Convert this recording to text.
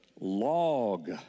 log